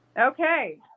Okay